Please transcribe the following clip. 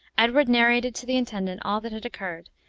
edward narrated to the intendant all that had occurred,